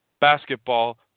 basketball